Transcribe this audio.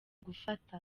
gufata